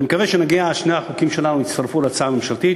אני מקווה ששני החוקים שלנו יצטרפו להצעה הממשלתית,